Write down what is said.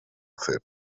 fer